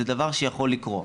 זה דבר שיכול לקרות.